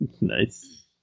Nice